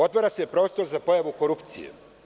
Otvara se prostor za pojavu korupcije.